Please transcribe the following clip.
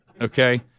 okay